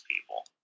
people